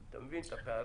אתה מבין את הפערים.